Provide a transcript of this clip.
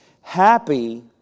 Happy